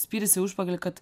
spyris į užpakalį kad